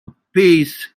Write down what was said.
appease